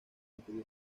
impidió